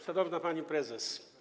Szanowna Pani Prezes!